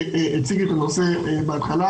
שהציג את הנושא בהתחלה,